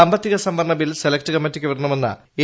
സാമ്പത്തിക സംവരണ bill select കമ്മിറ്റിക്ക് പിടണമെന്ന എ